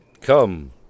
Come